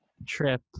trip